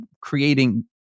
creating